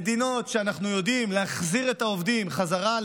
ממדינות שאנחנו יודעים להחזיר את העובדים חזרה,